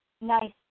Nice